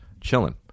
Chilling